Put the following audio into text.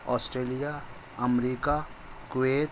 Australia America Kuwait